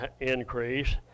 increase